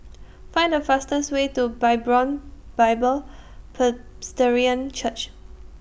Find The fastest Way to Hebron Bible Presbyterian Church